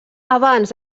abans